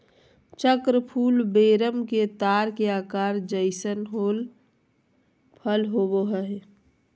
चक्र फूल वेरम के तार के आकार जइसन फल होबैय हइ